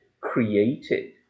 created